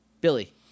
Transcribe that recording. Billy